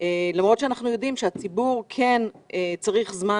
למרות שאנחנו יודעים שהציבור כן צריך זמן